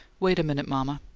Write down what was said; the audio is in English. wait a minute, mama.